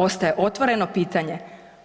Ostaje otvoreno pitanje